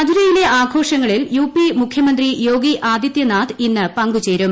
മഥുരയിലെ ആഘോഷങ്ങളിൽ യുപി മുഖ്യമന്ത്രി യോഗി ആദിത്യനാഥ് ഇന്ന് പങ്കുചേരും